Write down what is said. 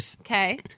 Okay